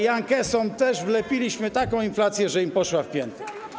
Jankesom także wlepiliśmy taką inflację, że im poszła w pięty.